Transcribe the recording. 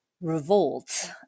revolt